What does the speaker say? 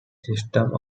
system